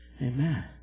Amen